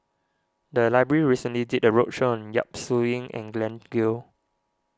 the library recently did a roadshow on Yap Su Yin and Glen Goei